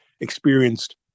experienced